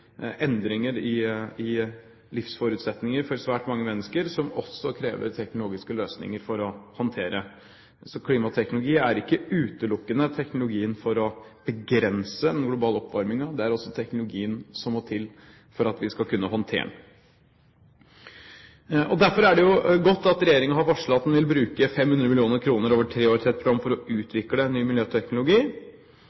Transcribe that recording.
endringer i livsforutsetninger for svært mange mennesker. Det vil også kreve teknologiske løsninger for å håndtere dette. Klimateknologi er altså ikke utelukkende teknologien for å begrense den globale oppvarmingen. Det er også teknologien som må til for at vi skal kunne håndtere den. Derfor er det godt at regjeringen har varslet at den vil bruke 500 mill. kr over tre år til et program for å